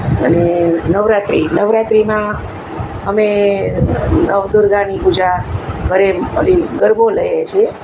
અને નવરાત્રિ નવરાત્રિમાં અમે નવ દુર્ગાની પૂજા ઘરે મળીને ગરબો લઈએ છીએ